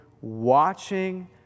watching